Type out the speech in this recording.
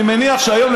אני מניח שהיום,